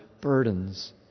burdens